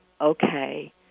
Okay